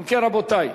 אם כן, רבותי,